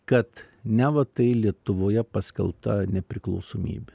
kad neva tai lietuvoje paskelbta nepriklausomybė